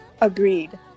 Agreed